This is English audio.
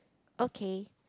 okay